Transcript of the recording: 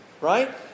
right